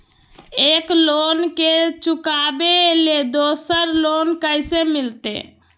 एक लोन के चुकाबे ले दोसर लोन कैसे मिलते?